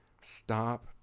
stop